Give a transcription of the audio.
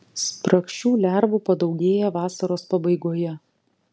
spragšių lervų padaugėja vasaros pabaigoje